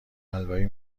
حلوایی